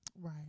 Right